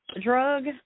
Drug